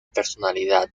personalidad